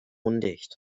undicht